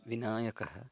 विनायकः